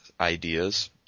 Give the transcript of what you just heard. ideas